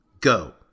Go